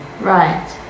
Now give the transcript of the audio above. Right